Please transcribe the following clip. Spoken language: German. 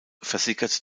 versickert